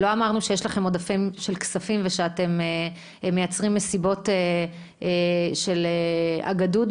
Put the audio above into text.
לא אמרנו שיש לכם עודפים של כספים ושאתם מייצרים מסיבות של אגדודו,